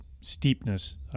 steepness